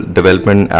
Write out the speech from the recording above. Development